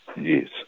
yes